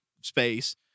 space